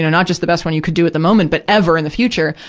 not just the best one you could do at the moment, but ever in the future,